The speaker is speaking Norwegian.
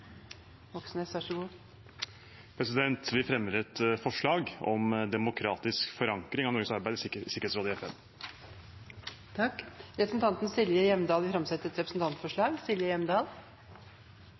Moxnes vil framsette et representantforslag. Jeg fremmer et forslag om demokratisk forankring av Norges arbeid i FNs sikkerhetsråd. Representanten Silje Hjemdal vil framsette et